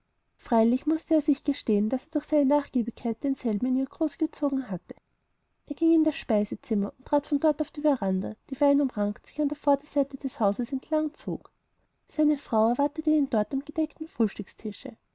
freilich mußte er sich gestehen daß er durch seine nachgiebigkeit denselben in ihr groß gezogen hatte er ging in das speisezimmer und trat von dort auf die veranda die weinumrankt sich an der vorderseite des hauses entlang zog seine frau erwartete ihn dort am gedeckten